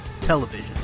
television